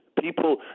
people